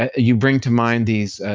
ah you bring to mind these